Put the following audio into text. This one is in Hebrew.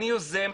אני יוזם,